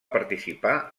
participar